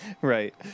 Right